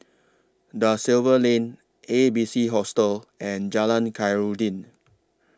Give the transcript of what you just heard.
DA Silva Lane A B C Hostel and Jalan Khairuddin